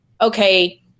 okay